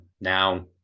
Now